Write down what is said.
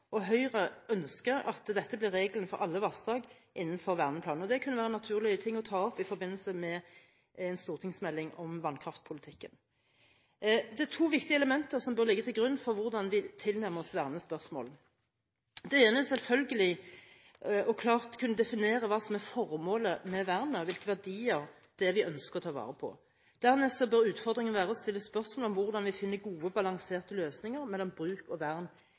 og Høyre ønsker at dette blir regelen for alle vassdrag innenfor verneplanen. Dette kunne være en naturlig ting å ta opp i forbindelse med en stortingsmelding om vannkraftpolitikken. Det er to viktige elementer som bør ligge til grunn for hvordan vi tilnærmer oss vernespørsmål. Det ene er selvfølgelig klart å kunne definere hva som er formålet med vernet, hvilke verdier vi ønsker å ta vare på. Dernest bør utfordringen være å stille spørsmål ved hvordan vi finner gode og balanserte løsninger mellom bruk og vern